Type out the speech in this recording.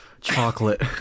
chocolate